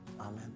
amen